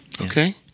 Okay